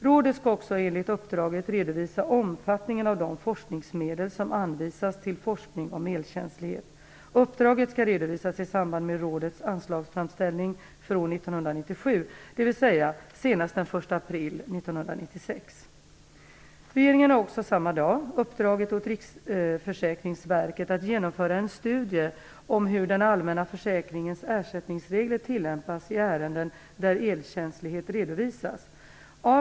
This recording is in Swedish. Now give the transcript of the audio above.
Rådet skall också enligt uppdraget redovisa omfattningen av de forskningsmedel som anvisas till forskning om elkänslighet. Uppdraget skall redovisas i samband med rådets anslagsframställning för år 1997, dvs. senast den 1 april 1996. Regeringen har också samma dag uppdragit åt Riksförsäkringsverket att genomföra en studie om hur den allmänna försäkringens ersättningsregler tillämpas i ärenden där elkänslighet redovisas.